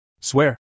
Swear